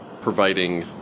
providing